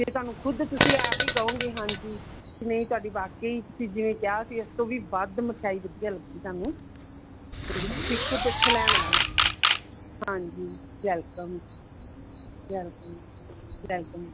ਜੇ ਤੁਹਾਨੂੰ ਖੁਦ ਤੁਸੀਂ ਆਪ ਹੀ ਕਹੋਂਗੇ ਹਾਂਜੀ ਨਹੀਂ ਤੁਹਾਡੀ ਵਾਕਈ ਤੁਸੀਂ ਜਿਵੇਂ ਕਿਹਾ ਸੀ ਇਸ ਤੋਂ ਵੀ ਵੱਧ ਮਠਿਆਈ ਵਧੀਆ ਲੱਗੀ ਸਾਨੂੰ ਅਤੇ ਤੁਸੀਂ ਖੁਦ ਇੱਥੋਂ ਲੈਣ ਆਉਣਗੇ ਹਾਂਜੀ ਵੈਲਕਮ ਵੈਲਕਮ ਵੈਲਕਮ